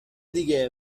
دیگه